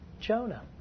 Jonah